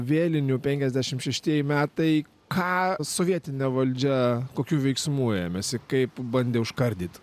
vėlinių penkiasdešimt šeštieji metai ką sovietinė valdžia kokių veiksmų ėmėsi kaip bandė užkardyt